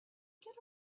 get